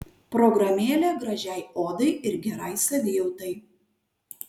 programėlė gražiai odai ir gerai savijautai